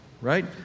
right